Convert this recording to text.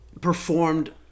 performed